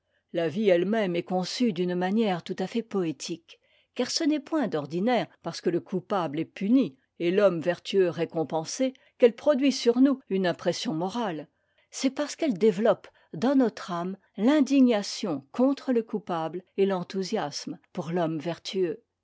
la vie elle-même est conçue d'une manière tout à fait poétique car ce n'est point d'ordinaire parce que le coupable est puni et l'homme vertueux récompensé qu'elle produit sur nous une impression morale c'est parce qu'elle développe dans notre âme l'indignation contre te coupable et l'enthousiasme pour l'homme vertueux